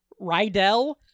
Rydell